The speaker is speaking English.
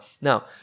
Now